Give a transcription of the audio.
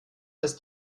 ist